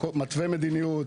שמתווה מדיניות,